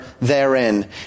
therein